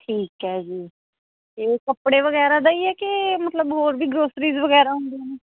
ਠੀਕ ਹੈ ਜੀ ਇਹ ਕੱਪੜੇ ਵਗੈਰਾ ਦਾ ਹੀ ਹੈ ਕਿ ਮਤਲਬ ਹੋਰ ਵੀ ਗਰੋਸਰੀਜ਼ ਵਗੈਰਾ ਹੁੰਦੇ ਨੇ